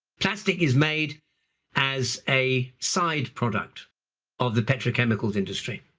plastic is made as a side product of the petrochemicals industry.